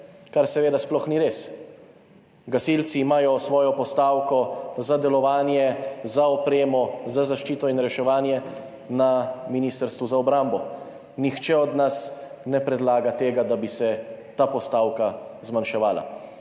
kar seveda sploh ni res. Gasilci imajo svojo postavko za delovanje, opremo, zaščito in reševanje na Ministrstvu za obrambo. Nihče od nas ne predlaga tega, da bi se ta postavka zmanjševala.